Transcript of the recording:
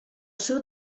seu